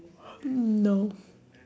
no